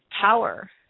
power